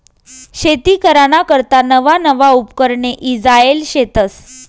शेती कराना करता नवा नवा उपकरणे ईजायेल शेतस